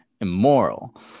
immoral